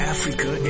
Africa